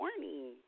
morning